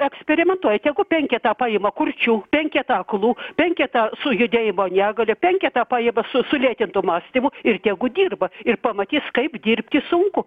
eksperimentuoja tegu penketą paima kurčių penketą aklų penketą su judėjimo negalia penketą paima su sulėtintu mąstymu ir tegu dirba ir pamatys kaip dirbti sunku